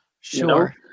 Sure